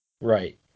Right